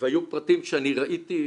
והיו פרטים שאני ראיתי,